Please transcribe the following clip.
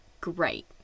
Great